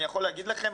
אני יכול להגיד לכם,